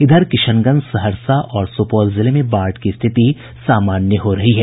इधर किशनगंज सहरसा और सुपौल जिले में बाढ़ की स्थिति सामान्य हो रही है